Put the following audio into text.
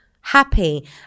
happy